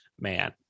man